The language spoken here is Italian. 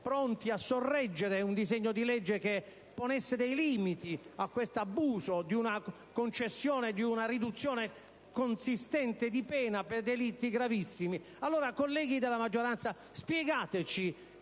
pronti a sorreggere un disegno di legge che ponesse dei limiti all'abuso di una concessione e di una riduzione consistente di pena per delitti gravissimi. Colleghi della maggioranza, spiegateci,